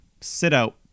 sit-out